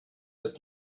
ist